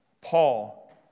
Paul